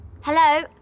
Hello